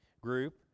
group